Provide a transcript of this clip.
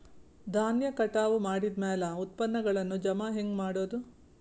ಧಾನ್ಯ ಕಟಾವು ಮಾಡಿದ ಮ್ಯಾಲೆ ಉತ್ಪನ್ನಗಳನ್ನು ಜಮಾ ಹೆಂಗ ಮಾಡೋದು?